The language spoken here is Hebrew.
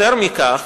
יותר מכך,